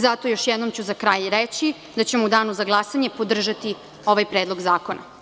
Zato ću još jednom za kraj reći da ćemo u Danu za glasanje podržati ovaj predlog zakona.